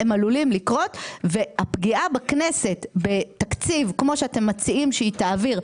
הם עלולים לקרות והפגיעה בכנסת בתקציב כמו שאתם מציעים שהיא תעביר,